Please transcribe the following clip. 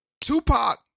Tupac